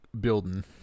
building